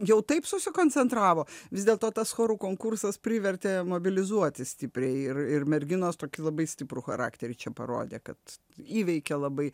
jau taip susikoncentravo vis dėlto tas chorų konkursas privertė mobilizuotis stipriai ir ir merginos tokį labai stiprų charakterį čia parodė kad įveikia labai